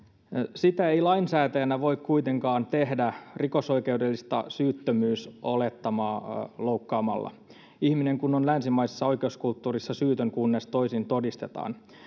sitä ei lainsäätäjänä voi kuitenkaan tehdä rikosoikeudellista syyttömyysolettamaa loukkaamalla ihminen kun on länsimaisessa oikeuskulttuurissa syytön kunnes toisin todistetaan